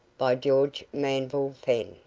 by george manville fenn